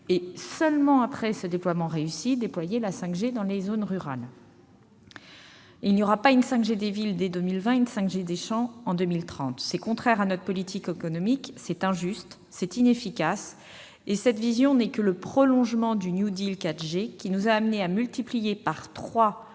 seulement une fois ce déploiement réussi, de la déployer dans les zones rurales. Il n'y aura donc pas une 5G des villes dès 2020 et une 5G des champs en 2030. C'est contraire à notre politique économique, c'est injuste et c'est inefficace. Cette vision n'est que le prolongement du New Deal 4G, qui nous a amenés à multiplier par trois